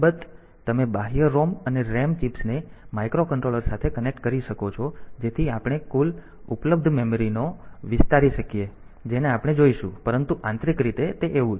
અલબત્ત તમે બાહ્ય ROM અને RAM ચિપ્સને માઇક્રોકન્ટ્રોલર સાથે કનેક્ટ કરી શકો છો જેથી આપણે કુલ ઉપલબ્ધ મેમરીને વિસ્તારી શકીએ જેને આપણે જોઈશું પરંતુ આંતરિક રીતે તે એવું છે